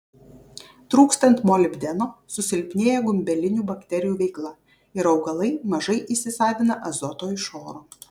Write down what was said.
trūkstant molibdeno susilpnėja gumbelinių bakterijų veikla ir augalai mažai įsisavina azoto iš oro